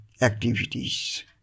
activities